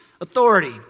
authority